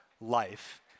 life